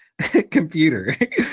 computer